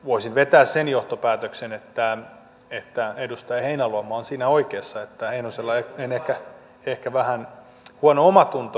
voisin vetää sen johtopäätöksen että edustaja heinäluoma on siinä oikeassa että heinosella on ehkä vähän huono omatunto